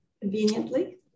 conveniently